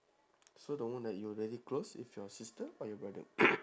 so the one that you are very close with your sister or your brother